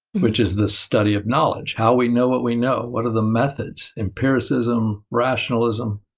which is the study of knowledge how we know what we know, what are the methods? empiricism, rationalism,